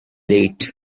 late